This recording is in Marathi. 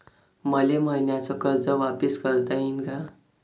मले मईन्याचं कर्ज वापिस करता येईन का?